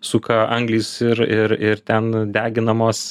suka anglys ir ir ir ten deginamos